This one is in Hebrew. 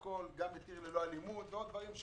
גם "עיר ללא אלימות" ועוד דברים,